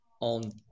on